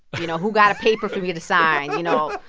you know, who got a paper for me to sign? you know,